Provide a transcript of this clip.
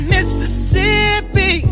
Mississippi